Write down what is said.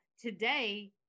today